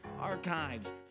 archives